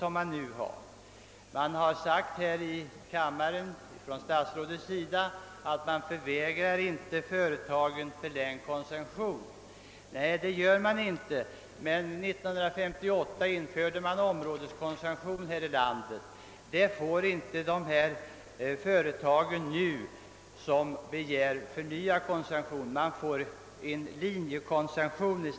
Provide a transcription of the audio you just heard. Vederbörande statsråd har här i kammaren förklarat att man inte förvägrar företagen förlängd koncession. Nej, det gör man inte, men år 1958 infördes områdeskoncession här i landet. Sådan koncession erhåller inte de företag som nu begär förnyad koncession, utan de får i stället linjekoncession.